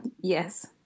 Yes